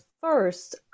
first